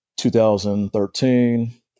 2013